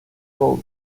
road